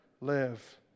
live